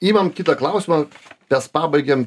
imam kitą klausimą mes pabaigėm